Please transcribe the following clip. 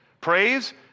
Praise